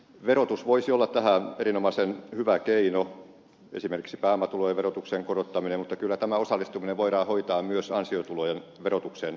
verotus voisi olla tähän erinomaisen hyvä keino esimerkiksi pääomatulojen verotuksen korottaminen mutta kyllä tämä osallistuminen voidaan hoitaa myös ansiotulojen verotuksen kautta